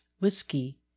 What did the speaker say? whiskey